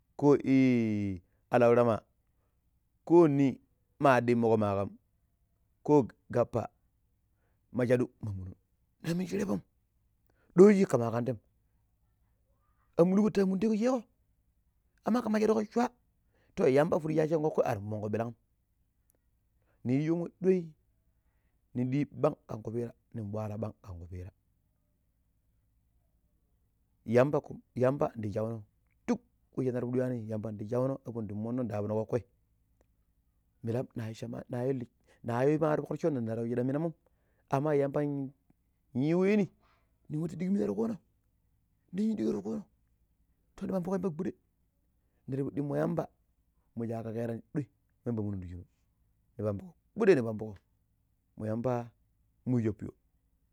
﻿Ko alau rama ko ni ma ɗimuƙo ma ƙam ko gappa ma shadu ma munun na minji tebom ɗoji ƙama ƙan tem amamulko ta mun deƙo sheƙo ama ƙam shaɗuƙo swa to yamba fudi sha ashan koko armonƙo ɓirang'um niyiji wemmo ɗwei nin ɓiyi ɓang ƙan kupiira ning bwara ɓang ka̱an ƙupiira yamba kub yamba dii shauno ɗuk wei shanarpidi ywani yambandi shauno ndaabuno ƙoƙƙoi milam natu yimo paro ti foƙroccono nda waa shidam minomom amma yamba yuwini ning nwatu ɗigu mina tu ƙuno di yu duga ti ku no to ni pambugo yamba gbude ni ti pidi ɗimo yamba musha ka kera ni dwei yamba munun ti shinu ni pambuƙo gbude ni pambuƙo mu yamba munju shopiyo.